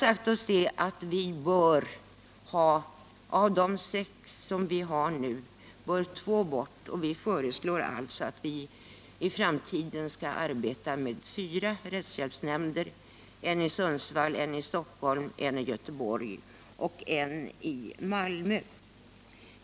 Vi anser att av de sex nämnder som nu finns bör två bort. Vi föreslår alltså att vi i framtiden skall arbeta med fyra rättshjälpsnämnder som bör förläggas till Sundsvall, Stockholm, Göteborg och Malmö.